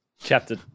chapter